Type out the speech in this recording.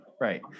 Right